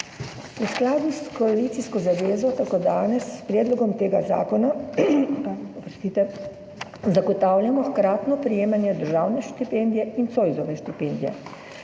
V skladu s koalicijsko zavezo tako danes s predlogom tega zakona zagotavljamo hkratno prejemanje državne štipendije in Zoisove štipendije.